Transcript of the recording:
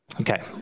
Okay